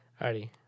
Alrighty